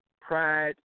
pride